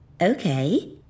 Okay